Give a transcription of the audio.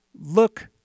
look